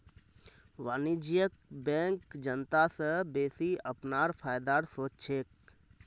वाणिज्यिक बैंक जनता स बेसि अपनार फायदार सोच छेक